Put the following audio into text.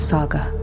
Saga